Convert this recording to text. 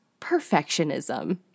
perfectionism